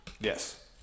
Yes